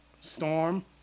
Storm